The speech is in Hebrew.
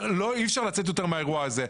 אי אפשר לצאת יותר מהאירוע הזה.